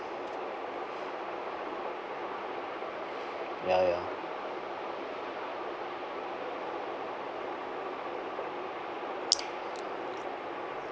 ya ya